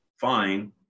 fine